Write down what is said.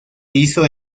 hizo